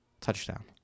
Touchdown